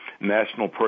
National